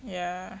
ya